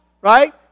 Right